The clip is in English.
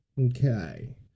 Okay